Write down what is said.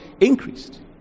increased